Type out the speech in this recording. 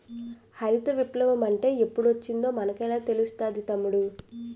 హరిత విప్లవ మంటే ఎప్పుడొచ్చిందో మనకెలా తెలుస్తాది తమ్ముడూ?